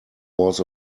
was